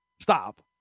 Stop